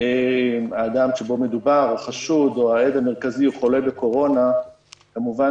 אם החשוד או העד המרכזי חולה בקורונה כמובן